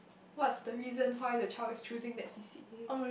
what's the reason why the child is choosing that C_C_A